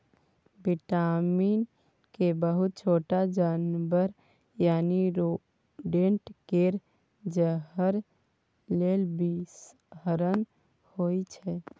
vitamin के बहुत छोट जानबर यानी रोडेंट केर जहर लेल बिषहरण होइ छै